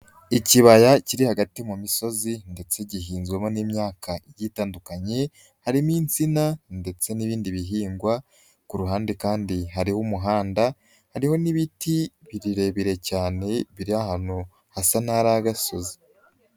Ikibaya kiri hagati mu misozi ndetse gihinzwemo n'imyaka gitandukanye, harimo insina ndetse n'ibindi bihingwa, ku ruhande kandi hariho umuhanda, hariho n'ibiti birebire cyane biri ahantu hasa n'agasozi.